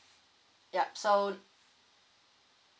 yup so